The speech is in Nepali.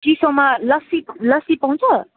चिसोमा लस्सी लस्सी पाउँछ